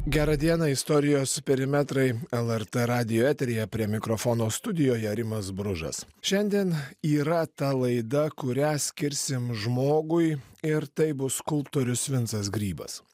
gerą dieną istorijos perimetrai lrt radijo eteryje prie mikrofono studijoje rimas bružas šiandien yra ta laida kurią skirsim žmogui ir tai bus skulptorius vincas grybas